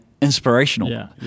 inspirational